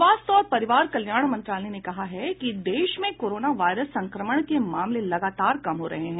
स्वास्थ्य और परिवार कल्याण मंत्रालय ने कहा है कि देश में कोरोना वायरस संक्रमण के मामले लगातार कम हो रहे हैं